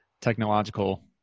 technological